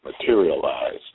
materialized